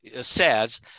says